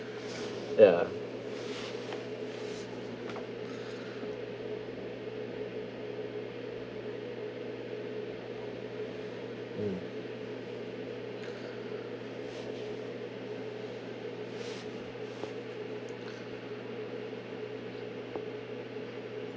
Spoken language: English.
ya mm